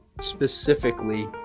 specifically